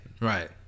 Right